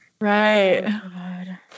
Right